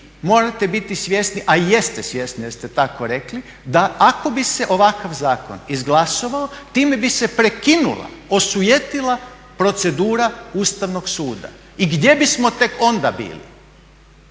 morate biti svjesni, a i jeste svjesni jer ste tako rekli, da ako bi se ovakav zakon izglasovao time bi se prekinula, osujetila procedura Ustavnog suda. I gdje bismo tek onda bili?